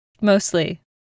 Mostly